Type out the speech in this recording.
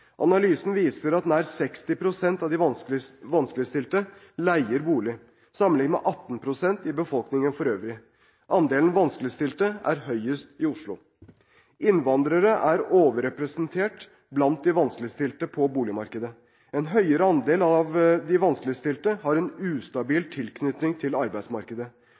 Analysen viser at nær 60 pst. av de vanskeligstilte leier bolig, sammenlignet med 18 pst. i befolkningen for øvrig. Andelen vanskeligstilte er høyest i Oslo. Innvandrere er overrepresentert blant de vanskeligstilte på boligmarkedet. En høyere andel av de vanskeligstilte har en ustabil tilknytning til arbeidsmarkedet.